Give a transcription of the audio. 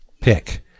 pick